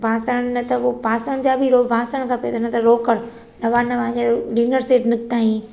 ॿासण न त पोइ बासण जा बि बासण खपे त न त रोकड़ नवां नवां हींअर डिनर सेट निकिता आहिनि